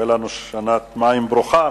היתה לנו שנת מים ברוכה,